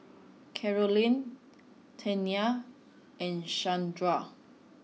Karolyn Tawnya and Shawnda